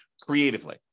creatively